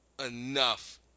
enough